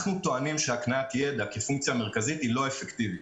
אנחנו טוענים שהקניית יידע כפונקציה מרכזית היא לא אפקטיבית.